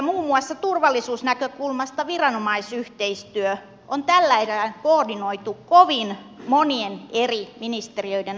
muun muassa turvallisuusnäkökulmasta viranomaisyhteistyö on tällä erää koordinoitu kovin monien eri ministeriöiden alaisuuteen